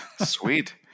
Sweet